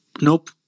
nope